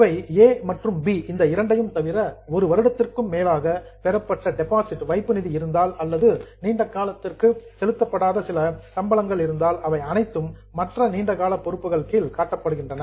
இவை மற்றும் இந்த இரண்டையும் தவிர 1 வருடத்திற்கும் மேலாக பெறப்பட்ட டெபாசிட் வைப்பு நிதி இருந்தால் அல்லது நீண்ட காலத்திற்கு செலுத்தப்படாத சில சம்பளங்கள் இருந்தால் அவை அனைத்தும் மற்ற நீண்ட கால பொறுப்புகள் கீழ் காட்டப்படுகின்றன